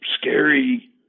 scary